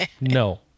No